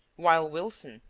while wilson,